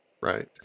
Right